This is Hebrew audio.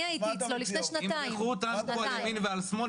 אני הייתי אצלו לפני שנתיים --- ימרחו אותנו על ימין ועל שמאל,